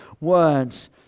words